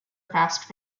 fast